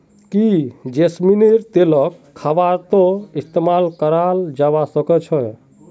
की जैस्मिनेर तेलक खाबारो इस्तमाल करवा सख छ